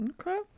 Okay